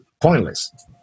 pointless